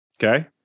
Okay